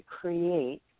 create